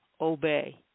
obey